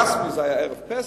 רשמית זה היה ערב פסח,